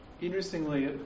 Interestingly